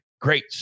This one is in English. great